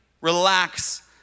relax